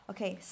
Okay